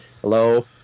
hello